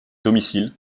domicile